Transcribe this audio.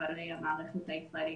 אבל אדרבא המערכת הישראלית.